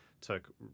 took